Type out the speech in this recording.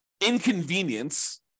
inconvenience